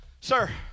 Sir